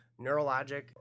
neurologic